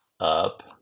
up